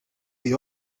the